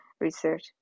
research